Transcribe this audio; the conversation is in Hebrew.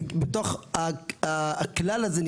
בתוך הכלל הזה,